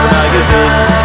magazines